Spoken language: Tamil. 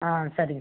ஆ சரிங்க